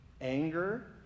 anger